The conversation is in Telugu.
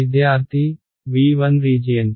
విద్యార్థి V1 రీజియన్కి